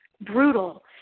brutal